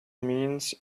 means